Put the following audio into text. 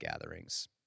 gatherings